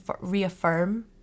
reaffirm